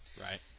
Right